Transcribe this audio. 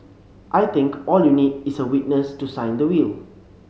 I think all you need is a witness to sign the will